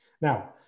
Now